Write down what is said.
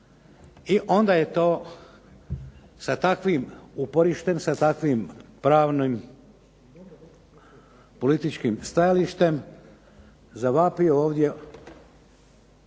I onda je to sa takvim uporištem, sa takvim pravnim političkim stajalištem zavapio ovdje